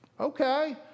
Okay